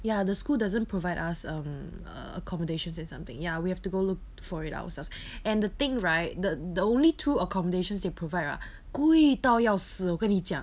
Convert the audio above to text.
ya the school doesn't provide us um uh accommodations and something ya we have to go look for it ourselves and the thing right the the only two accommodations they provide right 贵到要死我跟你讲